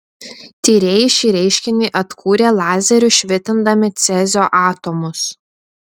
tyrėjai šį reiškinį atkūrė lazeriu švitindami cezio atomus